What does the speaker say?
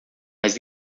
mas